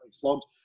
flogged